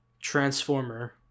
transformer